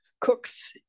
cooks